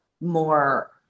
more